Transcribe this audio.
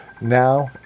now